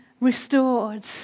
restored